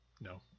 No